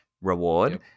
reward